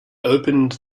opened